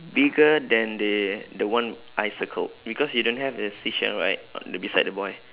bigger than the the one I circled because you don't have the seashell right on the beside the boy